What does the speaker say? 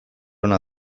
ona